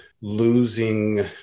losing